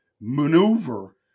maneuver